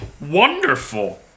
wonderful